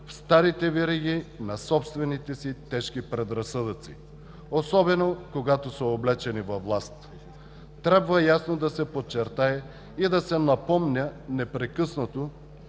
в старите вериги на собствените си тежки предразсъдъци, особено когато са облечени във власт. Трябва ясно да се подчертае и да се напомня непрекъснато